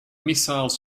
missiles